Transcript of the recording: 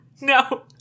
no